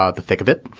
ah the thick of it.